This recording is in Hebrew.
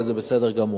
וזה בסדר גמור.